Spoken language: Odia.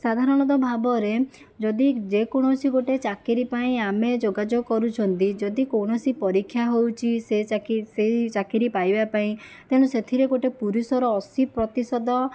ସାଧାରଣତଃ ଭାବରେ ଯଦି ଯେ କୌଣସି ଗୋଟିଏ ଚାକିରୀ ପାଇଁ ଆମେ ଯୋଗାଯୋଗ କରୁଛନ୍ତି ଯଦି କୌଣସି ପରୀକ୍ଷା ହେଉଛି ସେ ଚାକିରୀ ସେଇ ଚାକିରୀ ପାଇବା ପାଇଁ ତେଣୁ ସେଥିରେ ଗୋଟିଏ ପୁରୁଷର ଅଶୀ ପ୍ରତିଶତ